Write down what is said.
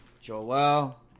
Joel